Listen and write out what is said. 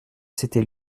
c’était